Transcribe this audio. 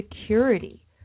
security